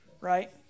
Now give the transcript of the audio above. right